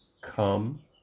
Come